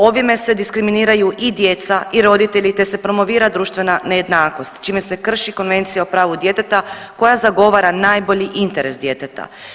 Ovim se diskriminiraju u djeca i roditelji te se promovira društvena nejednakost čime se krši Konvencija o pravu djeteta koja zagovara najbolji interes djeteta.